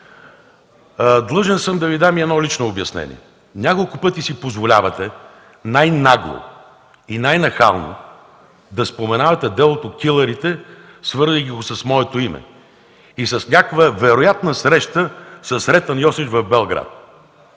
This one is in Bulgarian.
Длъжен съм да Ви дам и едно лично обяснение. Няколко пъти си позволявате най-нагло и най-нахално да споменавате делото „Килърите”, свързвайки го с моето име и с някаква вероятна среща със Сретен Йосич в Белград.